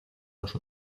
los